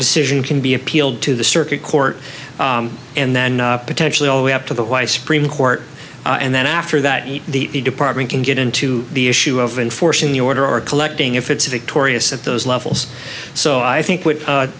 decision can be appealed to the circuit court and then potentially all we have to the y supreme court and then after that the department can get into the issue of enforcing the order or collecting if it's victorious at those levels so i think what